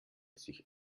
sich